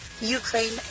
Ukraine